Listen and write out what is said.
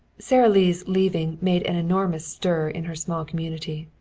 sara lee's leaving made an enormous stir in her small community.